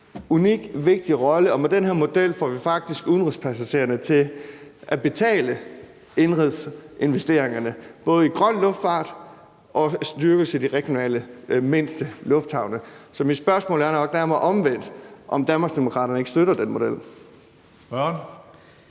unik og vigtig rolle, og med den her model får vi faktisk udenrigspassagererne til at betale indenrigsinvesteringerne både i grøn luftfart og i forhold til en styrkelse af de regionale, mindste lufthavne. Så mit spørgsmål er omvendt, om Danmarksdemokraterne ikke støtter den model.